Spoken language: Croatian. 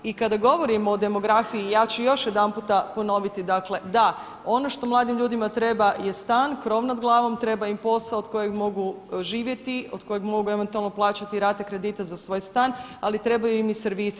I kada govorimo o demografiji ja ću još jedanputa ponovi, dakle da ono što mladim ljudima treba je stan, krov nad glavom, treba im posao od kojeg mogu živjeti, od kojeg mogu eventualno plaćati rate kredita za svoj stan, ali trebaju im i servisi.